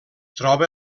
troba